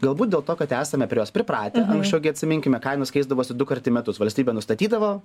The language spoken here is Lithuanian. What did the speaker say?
galbūt dėl to kad esame prie jos pripratę anksčiau gi atsiminkime kainos keisdavosi dukart į metus valstybė nustatydavo